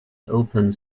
open